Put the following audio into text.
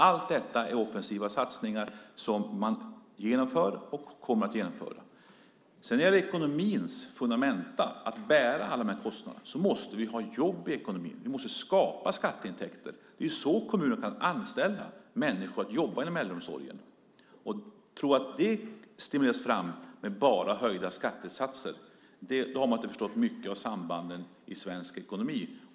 Allt detta är offensiva satsningar som vi genomför och kommer att genomföra. När det sedan gäller ekonomins fundament, att bära alla dessa kostnader, måste vi ha jobb inom ekonomin. Vi måste skapa skatteintäkter. Det är så kommuner kan anställa fler människor till att jobba inom äldreomsorgen. Om man tror att jobben stimuleras fram bara genom att höja skattesatserna har man inte förstått mycket av sambanden i svensk ekonomi.